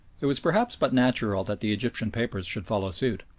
it was perhaps but natural that the egyptian papers should follow suit.